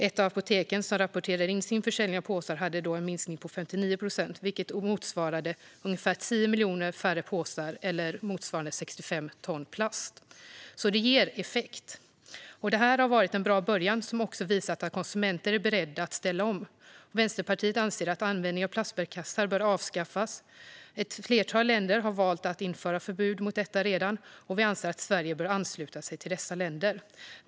Ett av de apotek som rapporterade in sin försäljning av påsar hade en minskning på 59 procent, vilket motsvarar ungefär 10 miljoner färre påsar eller ungefär 65 ton plast. Detta ger alltså effekt. Det här har varit en bra början som också visat att konsumenter är beredda att ställa om. Vänsterpartiet anser att användning av plastbärkassar bör avskaffas. Ett flertal länder har redan valt att införa förbud mot dem, och vi anser att Sverige bör ansluta sig till dessa länder.